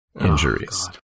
injuries